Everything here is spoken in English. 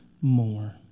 more